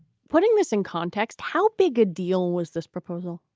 putting this in context how big a deal was this proposal?